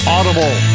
Audible